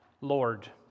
Lord